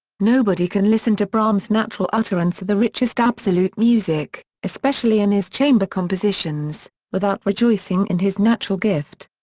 nobody can listen to brahms' natural utterance of the richest absolute music, especially in his chamber compositions, without rejoicing in his natural gift.